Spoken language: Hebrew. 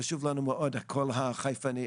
חשוב לנו מאוד הקול החיפאי.